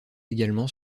également